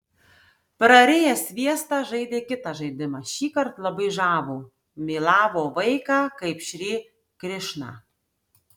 prariję sviestą žaidė kitą žaidimą šįkart labai žavų mylavo vaiką kaip šri krišną